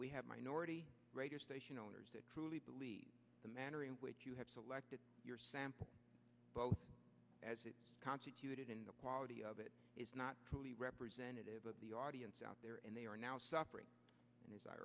we have minority radio station owners that truly believe the manner in which you have selected your sample both as it constituted in the quality of it is not truly representative of the audience out there and they are now suffering